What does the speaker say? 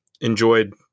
enjoyed